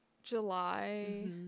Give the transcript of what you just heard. july